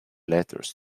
letters